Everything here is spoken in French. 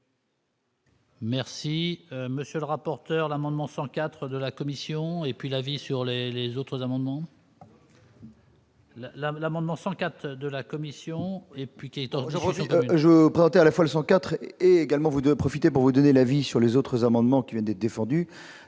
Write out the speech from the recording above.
Merci, monsieur le rapporteur, l'amendement 104 de la commission et puis la vie sur les autres amendements. La l'amendement 104 de la commission et puis qui est aujourd'hui. Je partais à la fois le CIV également voudrait profiter pour vous donner la vie sur les autres amendements qui vient d'être défendu